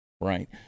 right